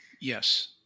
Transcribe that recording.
Yes